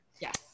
yes